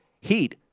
Heat